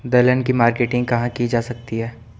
दलहन की मार्केटिंग कहाँ की जा सकती है?